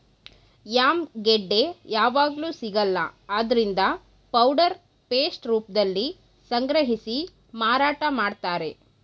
yam ಗೆಡ್ಡೆ ಯಾವಗ್ಲೂ ಸಿಗಲ್ಲ ಆದ್ರಿಂದ ಪೌಡರ್ ಪೇಸ್ಟ್ ರೂಪ್ದಲ್ಲಿ ಸಂಗ್ರಹಿಸಿ ಮಾರಾಟ ಮಾಡ್ತಾರೆ